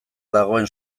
dagoen